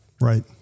Right